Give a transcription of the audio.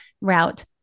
route